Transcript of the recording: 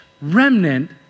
remnant